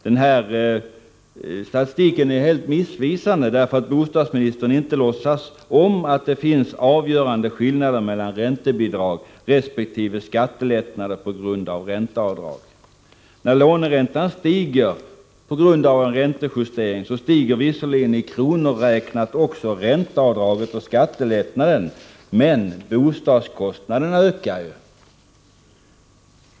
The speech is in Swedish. Den här statistiken är helt missvisande, eftersom bostadsministern inte låtsas om att det finns avgörande skillnader mellan räntebidrag och skattelättnader på grund av ränteavdrag. När låneräntan stiger på grund av en räntejustering, då stiger visserligen i kronor räknat också ränteavdraget och skattelättnaden, men bostadskostnaderna ökar.